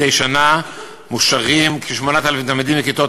מדי שנה מוכשרים כ-8,000 תלמידים מכיתות